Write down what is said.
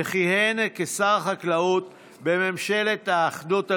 וכיהן כשר החקלאות בממשלת האחדות הלאומית.